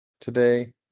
today